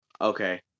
Okay